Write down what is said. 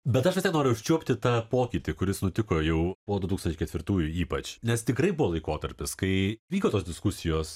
bet aš vistiek noriu užčiuopti tą pokytį kuris nutiko jau po du tūkstančiai ketvirtųjų ypač nes tikrai buvo laikotarpis kai vyko tos diskusijos